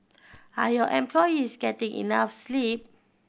are your employees getting enough sleep